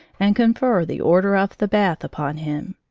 and confer the order of the bath upon him.